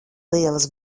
lielas